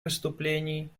выступлений